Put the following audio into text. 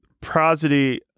prosody